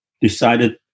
decided